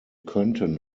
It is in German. könnten